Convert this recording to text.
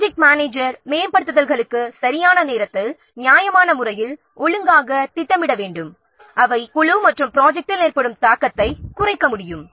project manager மேம்படுத்தல்களுக்கு சரியான நேரத்தில் நியாயமான முறையில் ஒழுங்காக திட்டமிட வேண்டும் அவற்றால் குழு மற்றும் ப்ரொஜெக்ட்டில் ஏற்படும் தாக்கத்தை குறைக்க முடியும்